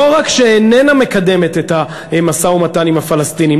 לא רק שאיננה מקדמת את המשא-ומתן עם הפלסטינים,